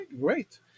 great